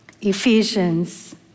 Ephesians